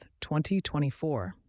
2024